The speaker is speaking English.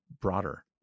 broader